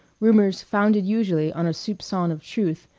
rumors founded usually on a soupcon of truth,